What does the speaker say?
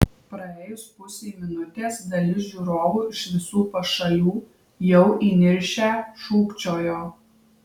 praėjus pusei minutės dalis žiūrovų iš visų pašalių jau įniršę šūkčiojo